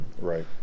right